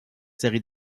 séries